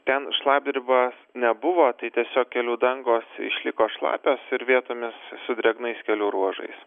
ten šlapdribos nebuvo tai tiesiog kelių dangos išliko šlapios ir vietomis su drėgnais kelių ruožais